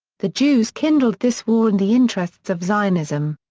the jews kindled this war in the interests of zionism.